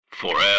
Forever